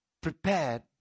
prepared